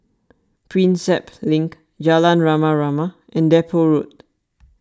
Prinsep Link Jalan Rama Rama and Depot Road